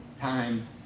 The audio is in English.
Time